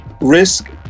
risk